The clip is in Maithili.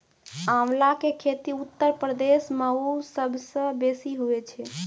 आंवला के खेती उत्तर प्रदेश मअ सबसअ बेसी हुअए छै